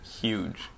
Huge